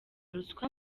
ruswa